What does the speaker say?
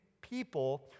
people